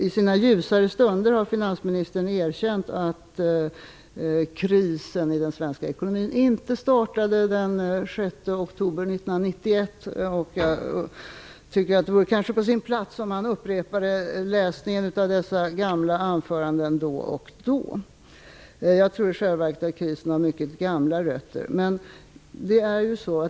I sina ljusare stunder har finansministern erkänt att krisen i den svenska ekonomin inte började den 6 oktober 1991. Jag tycker att det kanske vore på sin plats om han upprepade läsningen av dessa gamla anföranden då och då. Jag tror i själva verket att krisen har mycket gamla rötter.